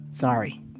sorry